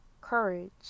courage